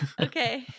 Okay